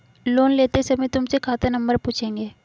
loan लेते समय तुमसे खाता नंबर पूछेंगे